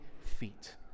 feet